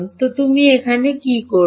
তো তুমি এখন কি করবে